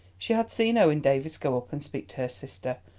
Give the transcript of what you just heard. she had seen owen davies go up and speak to her sister,